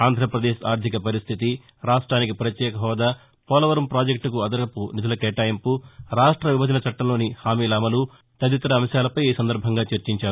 ఆంధ్రప్రదేశ్ ఆర్ధిక పరిస్థితి రాష్ట్రానికి ప్రత్యేక హోదా పోలవరం ప్రాజెక్లుకు అదనపు నిధులు కేటాయింపు రాష్ట విభజన చట్లంలోని హామీల అమలు తదితర అంశాలపై చర్చించారు